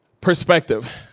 Perspective